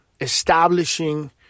establishing